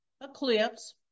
eclipse